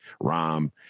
Rom